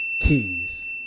Keys